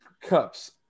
cups